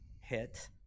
hit